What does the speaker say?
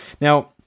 Now